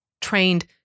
trained